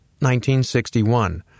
1961